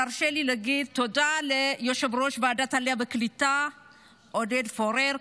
תרשה לי להגיד תודה ליושב-ראש ועדת העלייה והקליטה עודד פורר,